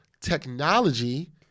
technology